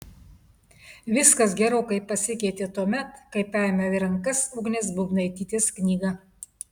viskas gerokai pasikeitė tuomet kai paėmiau į rankas ugnės būbnaitytės knygą